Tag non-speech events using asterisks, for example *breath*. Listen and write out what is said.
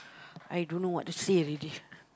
*breath* I don't know what to say already